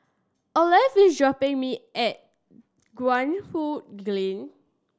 Olaf is dropping me at Guan Huat Kiln